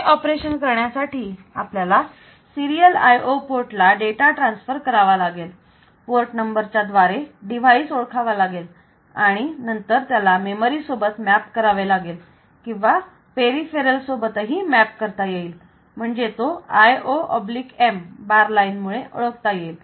हे ऑपरेशन करण्यासाठी आपल्याला सिरीयल IO पोर्ट ला डेटा ट्रान्सफर करावा लागेल पोर्ट नंबरच्या द्वारे डिवाइस ओळखावा लागेल नंतर याला मेमरी सोबत मॅप करावे लागेल किंवा पेरिफेरल सोबतही मॅप करता येईल म्हणजे तो IOM बार लाईन मुळे ओळखता येईल